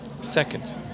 Second